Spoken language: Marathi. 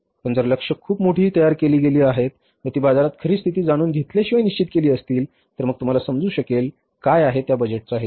पण जर लक्ष खूप मोठी तयार केली गेली आहेत व ती बाजारात खरी स्थिती जाणून घेतल्याशिवाय निश्चित केली असतील तर मग तुम्हाला समजू शकेल काय आहे त्या बजेट चा हेतू